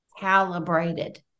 calibrated